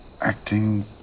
acting